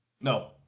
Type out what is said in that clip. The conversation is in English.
No